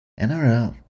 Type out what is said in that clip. NRL